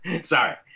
Sorry